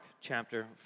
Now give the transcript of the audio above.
chapter